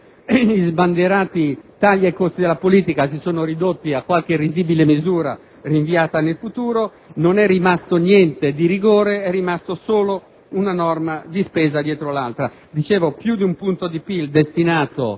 sbandierati tagli ai costi della politica si sono ridotti a qualche risibile misura rinviata nel futuro. Non è rimasto niente di rigore, ma è rimasta solo una norma di spesa dietro l'altra. Ho sottolineato che il punto